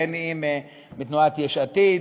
בין מתנועת יש עתיד,